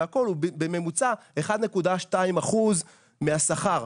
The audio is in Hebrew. הוא בממוצע 1.2 אחוז מהשכר.